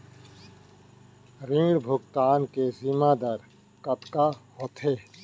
ऋण भुगतान के सीमा दर कतका होथे?